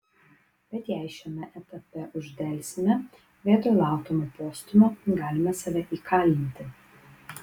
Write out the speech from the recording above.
bet jei šiame etape uždelsime vietoj laukiamo postūmio galime save įkalinti